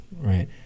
right